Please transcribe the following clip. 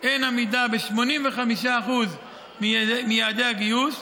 אין עמידה ב-85% מיעדי הגיוס,